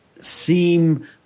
seem